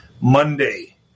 Monday